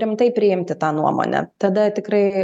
rimtai priimti tą nuomonę tada tikrai